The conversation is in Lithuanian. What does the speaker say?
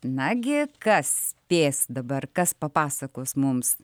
nagi kas spės dabar kas papasakos mums